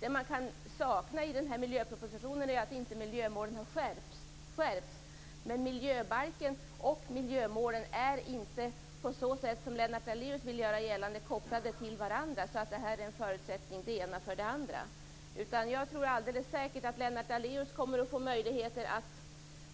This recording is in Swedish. Vad man kan sakna i miljöpropositionen är att miljömålen inte har skärpts, men miljöbalken och miljömålen är inte, på det sätt som Lennart Daléus vill göra gällande, kopplade till varandra så att det ena är en förutsättning för det andra. Jag tror alldeles säkert att Lennart Daléus kommer att få möjligheter att